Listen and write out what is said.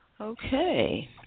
Okay